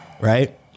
Right